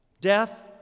death